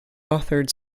authored